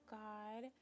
god